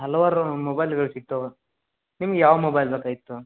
ಹಲವಾರು ಮೊಬೈಲ್ಗಳು ಸಿಗ್ತಾವೆ ನಿಮ್ಗೆ ಯಾವ ಮೊಬೈಲ್ ಬೇಕಾಗಿತ್ತು